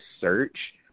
search